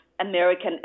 American